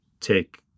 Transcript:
take